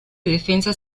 defensa